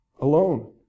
alone